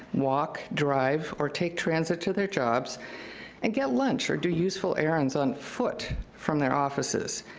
walk, drive, or take transit to their jobs and get lunch or do useful errands on foot, from their offices.